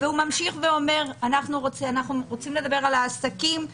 והוא ממשיך ואומר: אנחנו רוצים לדבר על העסקים,